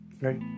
right